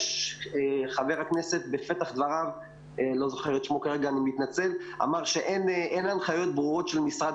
חבר הכנסת בפתח דבריו אמר שאין הנחיות ברורות של משרד